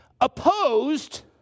opposed